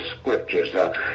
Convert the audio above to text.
Scriptures